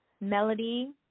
Melody